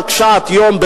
קשת-היום,